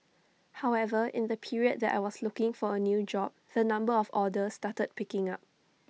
however in the period that I was looking for A new job the number of orders started picking up